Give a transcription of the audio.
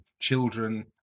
children